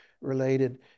related